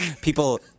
people